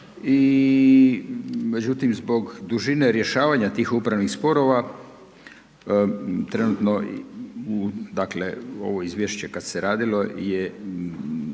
i međutim zbog dužine rješavanja tih upravnih sporova, trenutno dakle ovo izvješće kad se radilo je